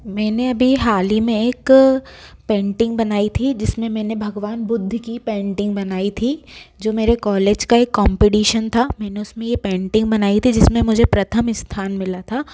मैंने अभी हाल ही मे एक पेंटिंग बनाई भी जिसमे मैंने भगवान बुद्ध की पेंटिंग बनाई थी जो मेरे कॉलेज का एक कॉम्पडीसन था मैंने उसमे ये पेंटिंग बनाई थी जिसमे मुझे प्रथम स्थान मिल था